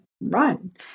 run